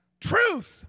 truth